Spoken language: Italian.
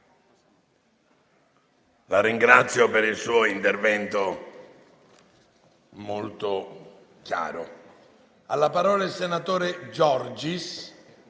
La ringrazio per il suo intervento molto chiaro.